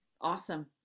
awesome